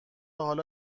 حالا